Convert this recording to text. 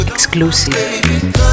exclusive